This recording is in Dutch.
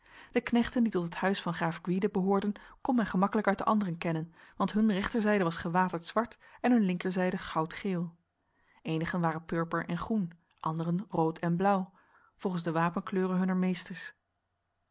de knechten die tot het huis van graaf gwyde behoorden kon men gemakkelijk uit de anderen kennen want hun rechterzijde was gewaterd zwart en hun linkerzijde goudgeel enigen waren purper en groen anderen rood en blauw volgens de wapenkleuren hunner meesters